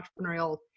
entrepreneurial